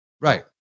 right